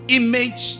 image